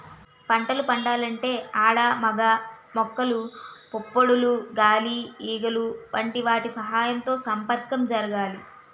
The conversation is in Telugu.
పంటలు పండాలంటే ఆడ మగ మొక్కల పుప్పొడులు గాలి ఈగలు వంటి వాటి సహాయంతో సంపర్కం జరగాలి